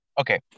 Okay